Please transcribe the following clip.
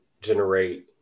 generate